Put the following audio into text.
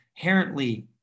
inherently